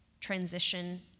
transition